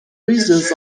reasons